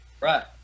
Right